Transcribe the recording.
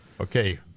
okay